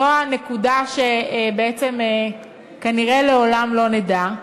זו הנקודה, שבעצם כנראה לעולם לא נדע.